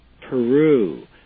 Peru